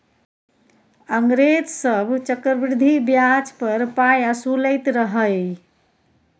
अंग्रेज सभ चक्रवृद्धि ब्याज पर पाय असुलैत रहय